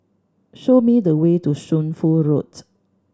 show me the way to Shunfu Road